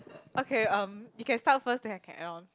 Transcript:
okay um you can start first then I can add on